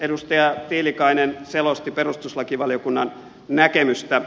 edustaja tiilikainen selosti perustuslakivaliokunnan näkemystä